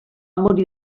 morir